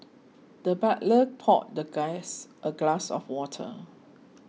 the butler poured the guys a glass of water